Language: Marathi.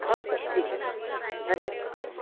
हो सर ठीक आहे सर धन्यवाद